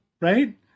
right